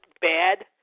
bad